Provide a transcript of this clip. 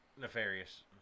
nefarious